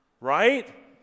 Right